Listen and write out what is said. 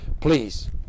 Please